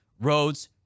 roads